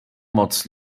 moc